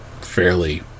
fairly